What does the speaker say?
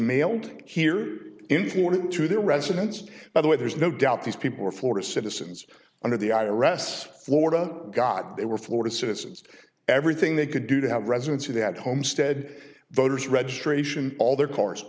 mailed here important to their residents by the way there's no doubt these people were for citizens under the i r s florida got they were floored citizens everything they could do to have residency they had homestead voter's registration all their cars